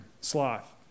sloth